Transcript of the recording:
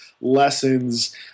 lessons